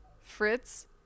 Fritz